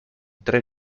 tre